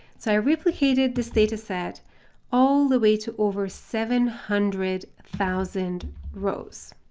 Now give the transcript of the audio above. so i replicated this dataset all the way to over seven hundred thousand rows.